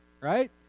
right